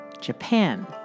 Japan